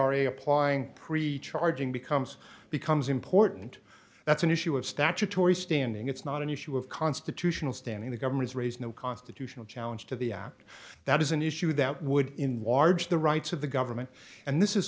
r applying pre charging becomes becomes important that's an issue of statutory standing it's not an issue of constitutional standing the government's raised no constitutional challenge to the act that is an issue that would enlarge the rights of the government and this is